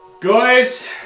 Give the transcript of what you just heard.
guys